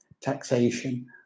taxation